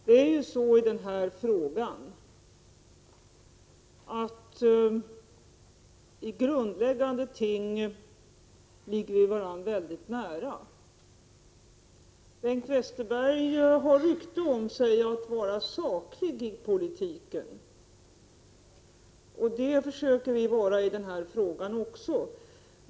Herr talman! Det är så i den här frågan att i grundläggande ting ligger vi varandra mycket nära. Bengt Westerberg har rykte om sig att vara saklig i politiken. Det försöker vi också vara i den här frågan.